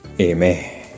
Amen